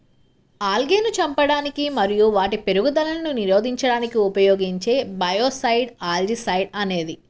ఆల్గేను చంపడానికి మరియు వాటి పెరుగుదలను నిరోధించడానికి ఉపయోగించే బయోసైడ్ ఆల్జీసైడ్ అనేది